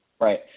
Right